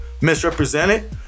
misrepresented